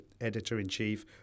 editor-in-chief